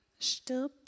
stirbt